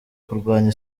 kurwanya